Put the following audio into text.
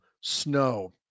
snow